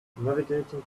navigating